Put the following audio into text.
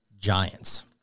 Giants